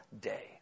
day